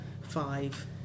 five